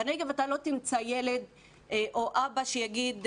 בנגב אתה לא תמצא ילד או אבא שיגיד,